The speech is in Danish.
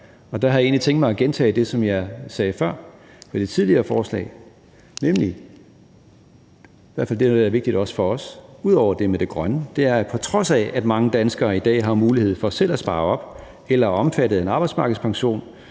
gøre – at jeg egentlig vil gentage det, jeg sagde før ved det tidligere forslag, nemlig at det, der har været vigtigt for os at forholde os til ud over det med det grønne, er, at på trods af at mange danskere i dag har mulighed for selv at spare op eller er omfattet af en arbejdsmarkedspension,